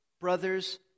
brothers